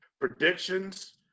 predictions